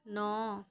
ନଅ